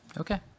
okay